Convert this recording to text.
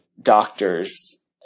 doctors